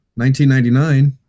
1999